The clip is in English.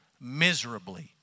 miserably